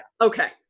Okay